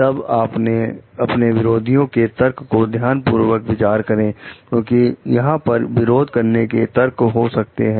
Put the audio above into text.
तब अपने विरोधियों के तर्क को ध्यान पूर्वक विचार करें क्योंकि वहां पर विरोध के तर्क हो सकते हैं